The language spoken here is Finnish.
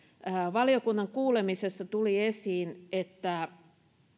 valiokunnan kuulemisessa tuli esiin että